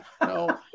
No